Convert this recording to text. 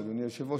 אדוני היושב-ראש,